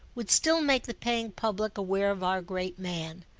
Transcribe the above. would still make the paying public aware of our great man,